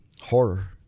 horror